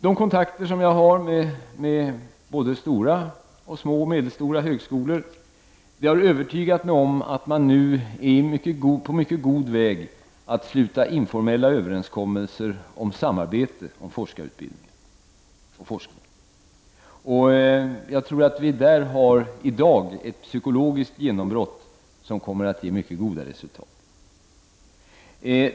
De kontakter som jag har haft med både stora, små och medelstora högskolor har övertygat mig om att man nu är på mycket god väg att sluta informella överenskommelser om samarbete när det gäller forskarutbildningen och forskning. Jag tror att vi där i dag har ett psykologiskt genombrott som kommer att ge mycket goda resultat.